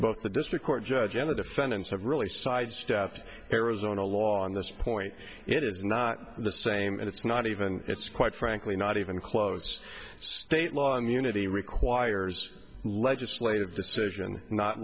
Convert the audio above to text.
both the district court judge and the defendants have really sidestepped arizona law on this point it is not the same and it's not even it's quite frankly not even close state law immunity requires legislative decision not